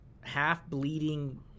half-bleeding